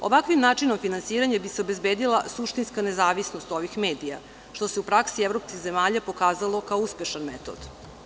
Ovakvim načinom finansiranja bi se obezbedila suštinska nezavisnost ovih medija, što se u praksi evropskih zemalja pokazalo kao uspešan metod.